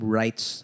rights